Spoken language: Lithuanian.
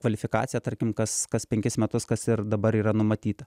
kvalifikaciją tarkim kas kas penkis metus kas ir dabar yra numatyta